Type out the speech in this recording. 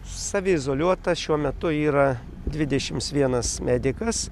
saviizoliuota šiuo metu yra dvidešims vienas medikas